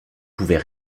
pouvait